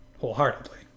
wholeheartedly